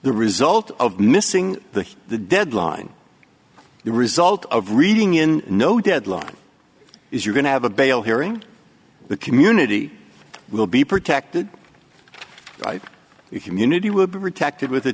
the result of missing the the deadline the result of reading in no deadline is you're going to have a bail hearing the community will be protected by your community w